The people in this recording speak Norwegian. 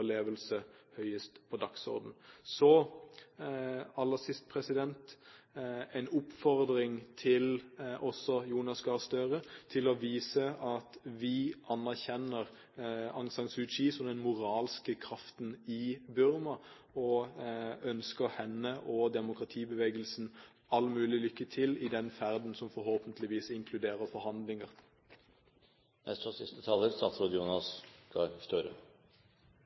på dagsordenen. Så aller sist en oppfordring til Jonas Gahr Støre om å vise at vi anerkjenner Aung San Suu Kyi som den moralske kraften i Burma, og ønsker henne og demokratibevegelsen all mulig lykke til i den ferden som forhåpentligvis inkluderer forhandlinger.